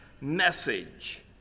message